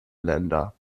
länder